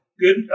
good